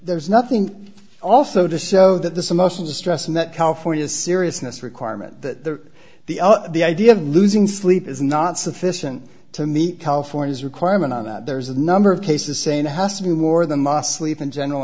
there's nothing also to show that the samosa distress and that california seriousness requirement that the the idea of losing sleep is not sufficient to meet california's requirement on that there's a number of cases saying one has to be more than must leave in general